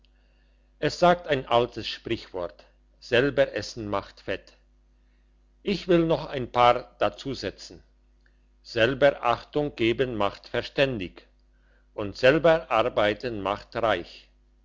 es sagt ein altes sprichwort selber essen macht fett ich will noch ein paar dazusetzen selber achtung geben macht verständig und selber arbeiten macht reich